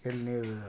ಎಳನೀರು